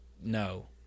no